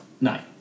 No